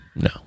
No